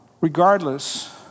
Regardless